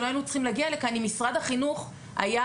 שלא היינו צריכים להגיע לכאן אם משרד החינוך לא היה